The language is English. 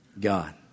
God